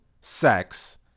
sex